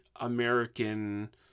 american